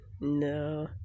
no